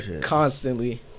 Constantly